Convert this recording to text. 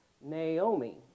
Naomi